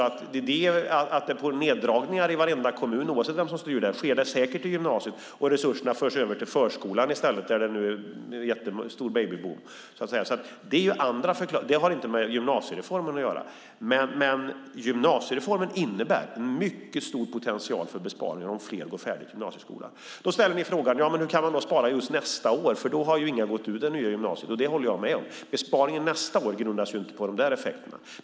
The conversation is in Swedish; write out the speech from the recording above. Att det blir neddragningar i varenda kommun, oavsett vem som styr där, inom gymnasiet och att resurserna i stället förs över till förskolan på grund av en stor babyboom har inte med gymnasiereformen att göra. Men gymnasiereformen innebär en mycket stor potential för besparingar om fler går färdigt gymnasieskolan. Då ställer ni frågan hur man kan spara just nästa år eftersom inga då har gått ut från det nya gymnasiet. Men besparingen nästa år grundas inte på dessa effekter.